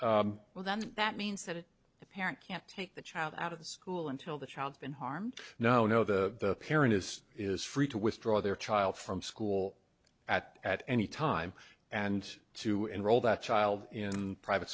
well then that means that the parent can't take the child out of the school until the child's been harmed no no the parent is is free to withdraw their child from school at at any time and to enroll that child in private